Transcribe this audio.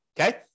okay